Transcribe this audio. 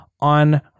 on